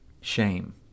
shame